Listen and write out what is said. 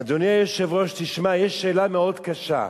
אדוני היושב-ראש, תשמע, יש שאלה מאוד קשה: